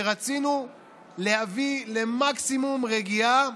ורצינו להביא למקסימום רגיעה,